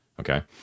Okay